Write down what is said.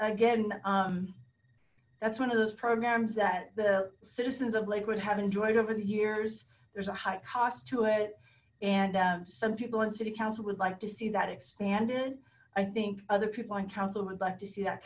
again that's one of those programs that the citizens of lakewood have enjoyed over the years there's a high cost to it and some people in city council would like to see that expanded i think other people in council would like to see that